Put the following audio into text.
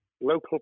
local